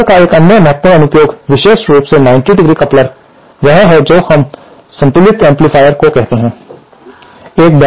एक कपलर का एक अन्य महत्वपूर्ण अनुप्रयोग विशेष रूप से 90° कपलर वह है जो हम संतुलित एम्पलीफायर को कहते हैं